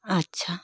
আচ্ছা